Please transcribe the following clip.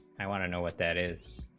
i wanna know what that is